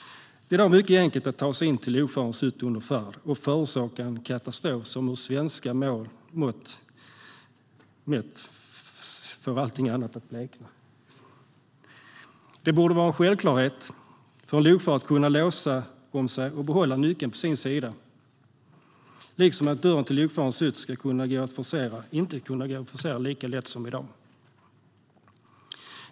Det är i dag mycket enkelt att ta sig in till lokförarens hytt under färd och förorsaka en katastrof som med svenska mått mätt får allt annat att blekna. Det borde vara en självklarhet för en lokförare att kunna låsa om sig och behålla nyckeln på sin sida, liksom att dörren till lokförarens hytt inte ska kunna gå att forcera lika lätt som i dag.